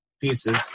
pieces